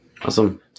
Awesome